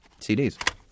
CDs